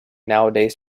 nowadays